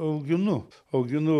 auginu auginu